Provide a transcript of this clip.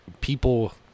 people